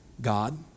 God